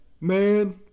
man